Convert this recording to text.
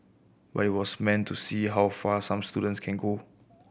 but it was meant to see how far some students can go